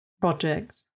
project